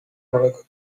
małego